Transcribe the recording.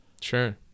Sure